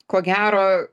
ko gero